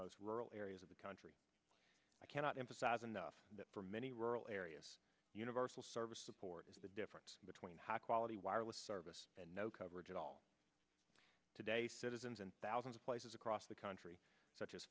most rural areas of the country i cannot emphasize enough that for many rural areas universal service support is the difference between high quality wireless service and no coverage at all today citizens and thousands of places across the country such as